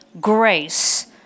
grace